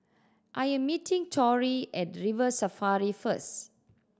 I am meeting Torrie at River Safari first